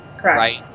Correct